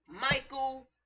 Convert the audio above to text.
michael